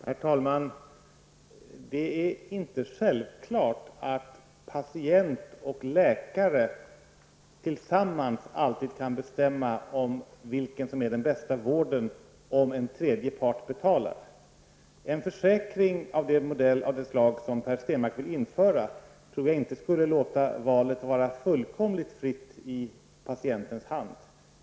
Herr talman! Det är inte självklart att patient och läkare alltid tillsammans kan bestämma vilket som är den bästa vården, om en tredje part betalar. En försäkring av det slag som Per Stenmarck vill införa tror jag inte skulle låta valet vara fullständigt fritt i patientens hand.